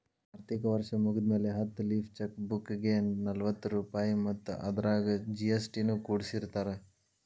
ಆರ್ಥಿಕ ವರ್ಷ್ ಮುಗ್ದ್ಮ್ಯಾಲೆ ಹತ್ತ ಲೇಫ್ ಚೆಕ್ ಬುಕ್ಗೆ ನಲವತ್ತ ರೂಪಾಯ್ ಮತ್ತ ಅದರಾಗ ಜಿ.ಎಸ್.ಟಿ ನು ಕೂಡಸಿರತಾರ